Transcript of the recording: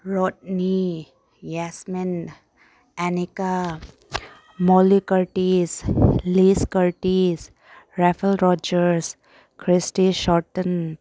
Rodney ꯌꯦꯁꯃꯦꯟ Annika Molly Curtis ꯂꯤꯁ Curtis ꯔꯥꯏꯐꯜ ꯔꯣꯖꯔꯁ ꯀ꯭ꯔꯤꯁꯇꯤ ꯁꯣꯔꯠꯇꯟ